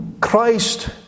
Christ